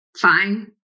fine